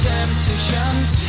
Temptations